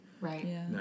Right